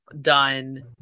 done